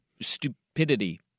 stupidity